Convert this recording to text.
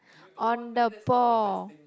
on the ball